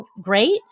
great